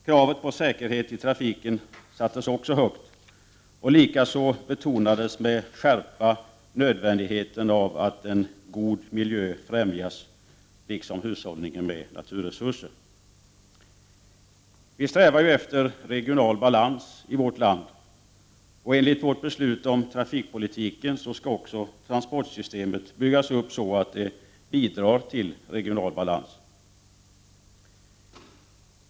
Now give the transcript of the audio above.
Kravet på säkerhet i trafiken sattes högt, och likaså betonades med skärpa nödvändigheten av att en god miljö främjas, liksom hushållningen med naturresurser. Vi strävar ju i vårt land efter regional balans, och enligt vårt beslut om trafikpolitiken skall också transportsystemet byggas upp så att det bidrar till regional balans.